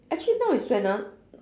actually now is when ah